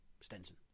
Stenson